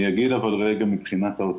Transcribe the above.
אני אגיד משהו לעניין ההוצאות.